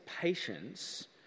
patience